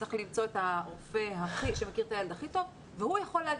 צריך למצוא את הרופא שמכיר את הילד הכי טוב והוא יכול להגיד.